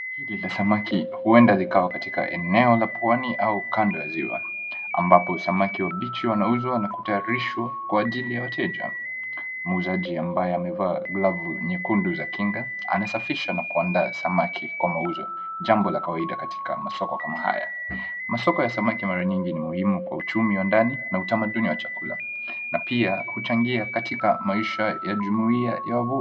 Hili la samaki, huenda likawa katika eneo la pwani au kando ya ziwa. Ambapo samaki wa beachi wanauzwa na kutayarishwa kwa ajili ya wateja muuzaji ambaye amevaa glavu nyekundu za kinga, anasafisha na kuandaa samaki kwa mauzo, jambo la kawaida katika masoko kama haya. Masoko ya samaki mara nyingi ni muhimu kwa uchumi wa ndani na utamaduni wa chakula, na pia huchangia katika maisha ya jumuiya ya wavuvi.